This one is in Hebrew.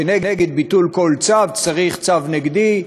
כנגד ביטול כל צו צריך צו נגדי.